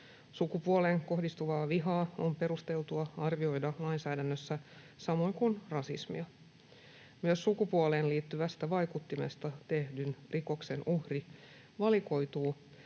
Sukupuoleen kohdistuvaa vihaa on perusteltua arvioida lainsäädännössä samoin kuin rasismia. Myös sukupuoleen liittyvästä vaikuttimesta tehdyn rikoksen uhri valikoituu